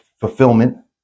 fulfillment